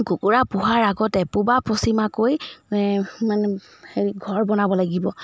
কুকুৰা পোহাৰ আগতে পূবা পশ্চিমাকৈ মানে হেৰি ঘৰ বনাব লাগিব